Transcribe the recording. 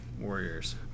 Warriors